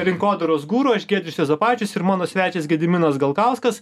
rinkodaros guru aš giedrius juozapavičius ir mano svečias gediminas galkauskas